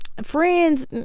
friends